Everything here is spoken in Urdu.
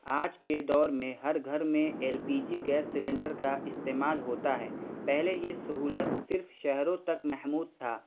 آج کے دور میں ہر گھر میں L P G gas cylinder کا استعمال ہوتا ہے پہلے یہ سہولت صرف شہروں تک محمود تھا